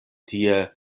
tie